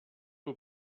zur